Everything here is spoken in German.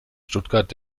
stuttgart